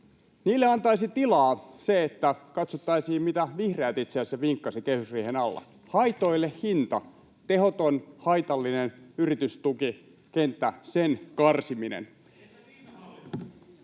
Niille antaisi tilaa se, että katsottaisiin, mitä vihreät itse asiassa vinkkasivat kehysriihen alla: haitoille hinta — tehottoman, haitallisen yritystukikentän karsiminen.